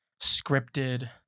scripted